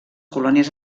colònies